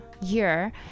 year